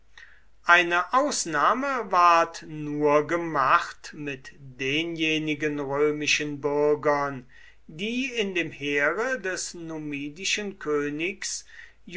eine ausnahme ward nur gemacht mit denjenigen römischen bürgern die in dem heere des numidischen königs